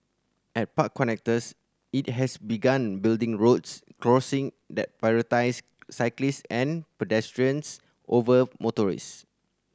at park connectors it has begun building roads crossing that prioritise cyclist and pedestrians over motorist